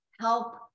help